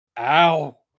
Ow